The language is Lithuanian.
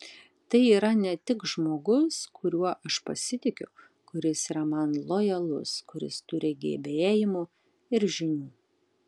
tai yra ne tik žmogus kuriuo aš pasitikiu kuris yra man lojalus kuris turi gebėjimų ir žinių